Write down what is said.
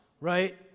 right